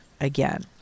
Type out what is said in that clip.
again